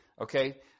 okay